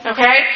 Okay